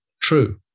true